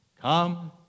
come